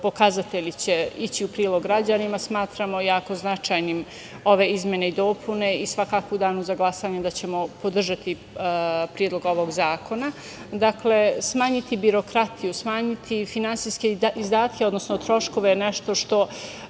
pokazatelji će ići u prilog građanima i smatramo jako značajnim ove izmene i dopune. U danu za glasanje ćemo podržati predlog ovog zakona. Dakle, smanjiti birokratiju, smanjiti finansijske izdatke, odnosno troškove je nešto što